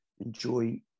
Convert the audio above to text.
enjoy